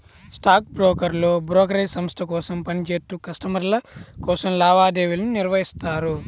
stock బ్రోకర్లు brokerage సంస్థ కోసం పని చేత్తూ కస్టమర్ల కోసం లావాదేవీలను నిర్వహిత్తారు